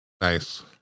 nice